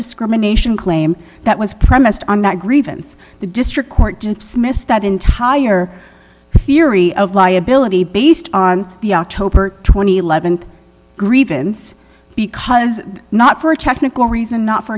discrimination claim that was premised on that grievance the district court didn't smith's that entire theory of liability based on the october twenty leavened grievance because not for technical reasons not